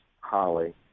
Holly